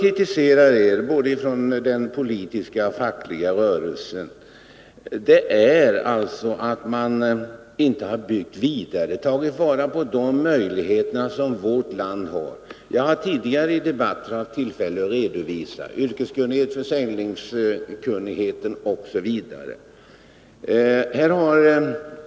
Vad vi både från den politiska och den fackliga rörelsens sida kritiserar är alltså att man inte har byggt vidare, inte tagit vara på de möjligheter som vårt land har. Jag har tidigare i debatter haft tillfälle att redovisa vilken yrkeskunnighet, försäljningskunnighet osv. som finns.